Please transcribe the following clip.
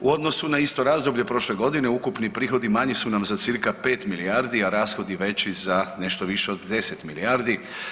U odnosu na isto razdoblje prošle godine ukupni prihodi manji su nam za cca 5 milijardi, a rashodi veći za nešto više od 10 milijardi.